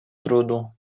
trudu